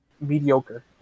mediocre